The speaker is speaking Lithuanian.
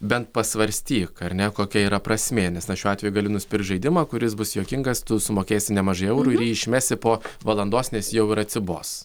bent pasvarstyk ar ne kokia yra prasmė nes na šiuo atveju gali nuspirt žaidimą kuris bus juokingas tu sumokėsi nemažai eurų ir jį išmesi po valandos nes jau ir atsibos